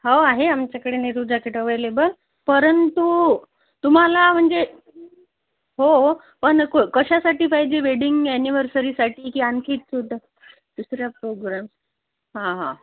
हो आहे आमच्याकडे नेहरू जॅकेट अव्हेलेबल परंतु तुम्हाला म्हणजे हो हो पण कशासाठी पाहिजे वेडिंग अनिव्हर्सरीसाठी की आणखी सुद्धा दुसरा प्रोग्रॅम